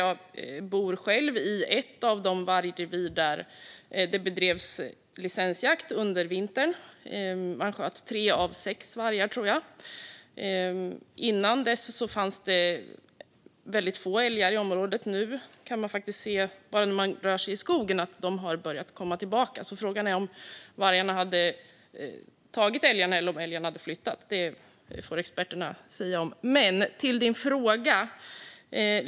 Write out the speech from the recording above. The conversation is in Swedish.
Jag bor själv i ett av de vargrevir där det bedrevs licensjakt under vintern. Man sköt tre av sex vargar, tror jag. Innan dess fanns det väldigt få älgar i området. Nu när man rör sig i skogen kan man faktiskt se att de har börjat komma tillbaka, så frågan är om vargarna hade tagit älgarna eller om älgarna hade flyttat; det får experterna uttala sig om.